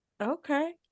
okay